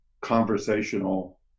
conversational